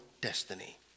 destiny